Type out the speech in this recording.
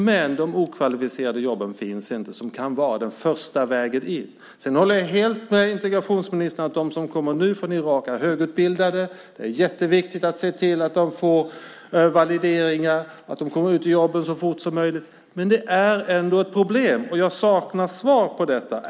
Men de okvalificerade jobben som kan vara den första vägen in finns inte. Jag håller helt med integrationsministern om att de flyktingar som nu kommer från Irak är högutbildade. Det är jätteviktigt att se till att de får valideringar och kommer i jobb så fort som möjligt. Men det är ändå ett problem. Jag saknar svar på detta.